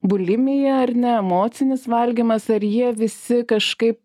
bulimija ar ne emocinis valgymas ar jie visi kažkaip